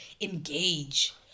engage